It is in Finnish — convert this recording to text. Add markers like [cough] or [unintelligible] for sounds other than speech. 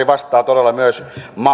[unintelligible] vastaa todella myös